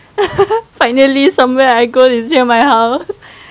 finally somewhere I go is near my house